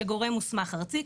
שגורם מוסמך ארצי,